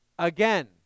Again